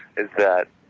is that